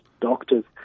doctors